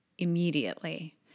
Immediately